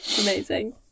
amazing